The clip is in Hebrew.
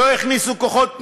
לא הכניסו כוחות פנימה.